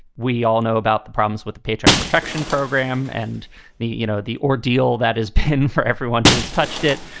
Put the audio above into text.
we all know about the problems with the paycheck protection program and the, you know, the ordeal that is pain for everyone who has touched it.